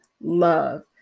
love